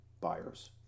buyers